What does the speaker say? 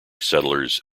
settlers